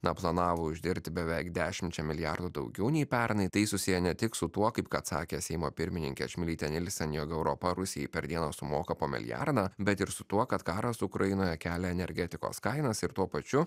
na planavo uždirbti beveik dešimčia milijardų daugiau nei pernai tai susiję ne tik su tuo kaip kad sakė seimo pirmininkė čmilytė nylsen jog europa rusijai per dieną sumoka po milijardą bet ir su tuo kad karas ukrainoje kelia energetikos kainas ir tuo pačiu